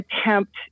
attempt